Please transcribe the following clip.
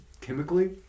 chemically